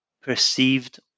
perceived